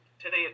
today